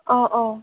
অঁ অঁ